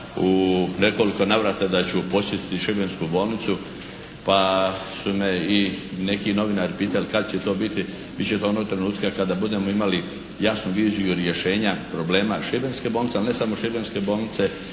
u nekoliko navrata da ću posjetiti šibensku bolnicu, pa su me i neki novinari pitali kad će to biti. Bit će to onog trenutka kada budemo imali jasnu viziju problema šibenske bolnice, ali ne samo šibenske bolnice